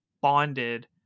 bonded